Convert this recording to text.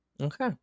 Okay